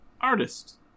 Artist